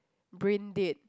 brain dead